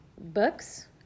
books